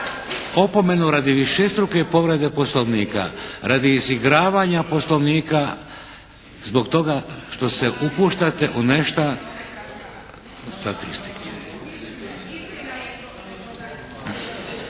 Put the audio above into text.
Opomenu radi višestruke povrede Poslovnika. Radi izigravanja Poslovnika. Zbog toga što se upuštate u nešta …… /Upadica